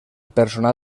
personal